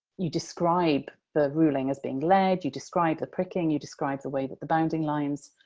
you describe the ruling as being lead, you describe the pricking, you describe the way that the bounding lines